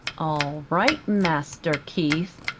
all right, master keith,